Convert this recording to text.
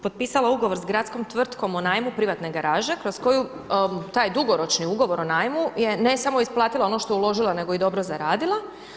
Potpisala ugovor sa gradskom tvrtkom o najmu privatne garaže kroz koju taj dugoročni ugovor o najmu je ne samo isplatila ono što je uložila, nego je i dobro zaradila.